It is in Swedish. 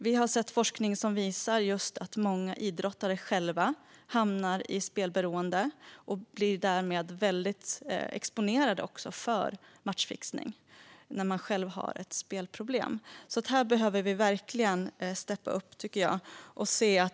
Vi har sett forskning som visar att många idrottare själva hamnar i spelberoende och därmed också blir väldigt exponerade för matchfixning. Här behöver vi verkligen steppa upp.